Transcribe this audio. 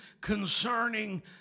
concerning